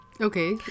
Okay